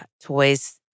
toys